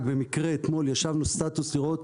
רק במקרה אתמול ישבנו סטטוס לראות.